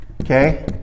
okay